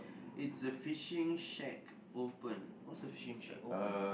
it's a fishing shack open whats a fishing shack open